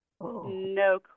No